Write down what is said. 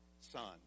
Son